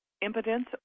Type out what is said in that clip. impotence